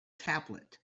tablet